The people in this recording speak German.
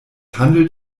handelt